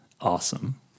awesome